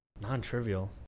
Non-trivial